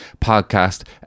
podcast